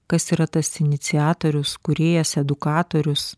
kas yra tas iniciatorius kūrėjas edukatorius